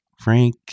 Frank